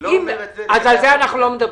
על זה אנחנו לא מדברים,